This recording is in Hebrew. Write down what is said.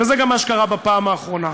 וזה גם מה שקרה בפעם האחרונה.